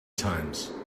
times